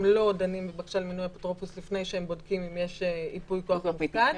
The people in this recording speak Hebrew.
הם לא דנים בבקשה למינוי אפוטרופוס לפני שהם בודקים אם ייפוי כוח מופקד,